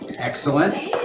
Excellent